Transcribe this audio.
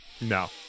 no